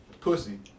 Pussy